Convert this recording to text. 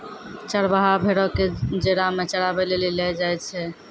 चरबाहा भेड़ो क जेरा मे चराबै लेली लै जाय छै